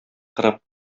кырып